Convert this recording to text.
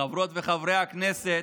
חברות וחברי הכנסת,